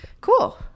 cool